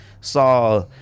Saw